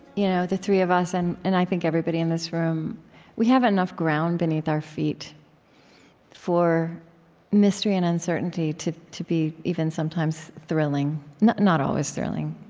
you know the three of us and and, i think, everybody in this room we have enough ground beneath our feet for mystery and uncertainty to to be even, sometimes, thrilling not not always thrilling.